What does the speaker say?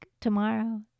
tomorrow